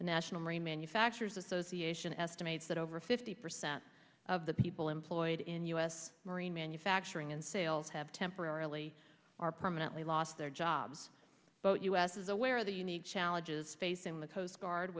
national marine manufacturers association estimates that over fifty percent of the people employed in u s marine manufacturing and sales have temporarily or permanently lost their jobs but u s is aware of the unique challenges facing the coast guard